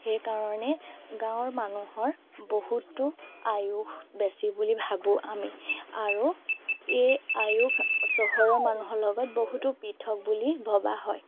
সেইকাৰণে গাঁৱৰ মানুহৰ বহুতো আয়ুস বেছি বুলি ভাবোঁ আমি আৰু এই আয়ুস চহৰৰ মানুহৰ লগত বহুতো পৃথক বুলি ভবা হয়